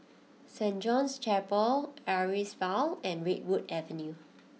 Saint John's Chapel Amaryllis Ville and Redwood Avenue